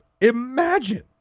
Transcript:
Imagine